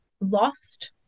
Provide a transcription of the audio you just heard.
lost